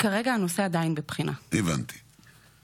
בוא נראה אחרי הבחירות איפה